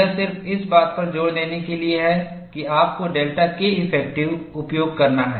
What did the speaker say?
यह सिर्फ इस बात पर जोर देने के लिए है कि आपको डेल्टा Keff उपयोग करना है